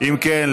אם כן,